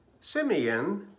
Simeon